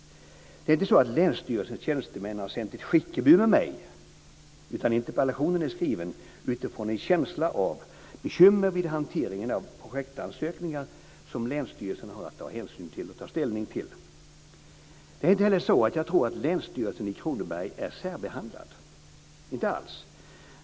Det är inte så att länsstyrelsens tjänstemän har sänt ett skickebud med mig, utan interpellationen är skriven utifrån en känsla av bekymmer vid hanteringen av projektansökningar som länsstyrelsen har att ta hänsyn och ställning till. Det är inte heller så att jag tror att Länsstyrelsen i Kronoberg är särbehandlad, inte alls.